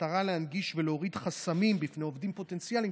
במטרה להנגיש ולהוריד חסמים בפני עובדים פוטנציאליים,